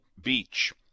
Beach